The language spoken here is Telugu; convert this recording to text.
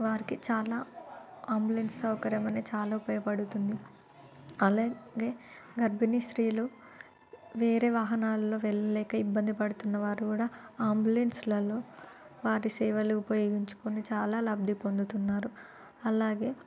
వారికి చాలా అంబులెన్స్ సౌకర్యం అని చాలా ఉపయోగపడుతుంది అలాగే గర్భిణీ స్త్రీలు వేరే వాహనాలలో వెళ్ళలేక ఇబ్బంది పడుతున్న వారు కూడా అంబులెన్స్లలో వాటి సేవలు ఉపయోగించుకొని చాలా లబ్ధి పొందుతున్నారు అలాగే